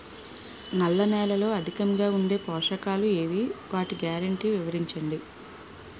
నల్ల నేలలో అధికంగా ఉండే పోషకాలు ఏవి? వాటి గ్యారంటీ వివరించండి?